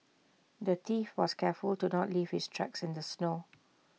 the thief was careful to not leave his tracks in the snow